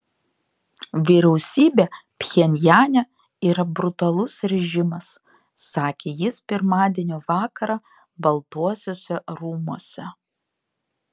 vyriausybė pchenjane yra brutalus režimas sakė jis pirmadienio vakarą baltuosiuose rūmuose